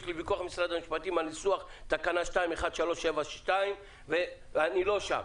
יש לי ויכוח עם משרד המשפטים על ניסוח תקנה מס' 21372. אבל אתה לא שם.